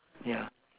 yeah